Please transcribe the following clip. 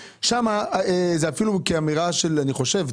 אפילו כאמירה אני חושב,